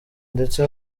ndetse